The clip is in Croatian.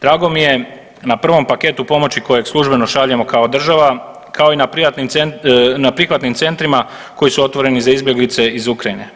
Drago mi je na prvom paketu pomoći kojeg službeno šaljemo kao država kao i na prihvatnim centrima koji su otvoreni za izbjeglice iz Ukrajine.